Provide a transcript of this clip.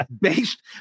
based